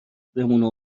بمونه